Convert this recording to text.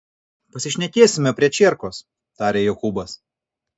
pasišnekėsime prie čierkos tarė jokūbas